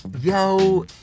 yo